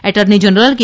attorney general કે